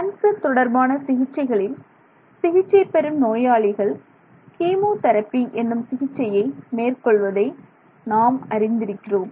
cancer தொடர்பான சிகிச்சைகளில் சிகிச்சை பெறும் நோயாளிகள் கீமோதெரபி என்னும் சிகிச்சையை மேற்கொள்வதை நாம் அறிந்திருக்கிறோம்